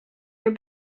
your